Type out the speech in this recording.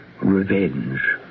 revenge